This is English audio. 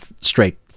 straight